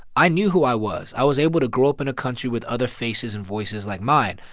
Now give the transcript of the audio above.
i knew who i was. i was able to grow up in a country with other faces and voices like mine.